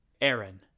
Aaron